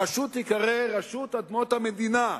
הרשות תיקרא רשות אדמות המדינה.